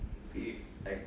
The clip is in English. eh like